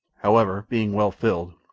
however, being well filled,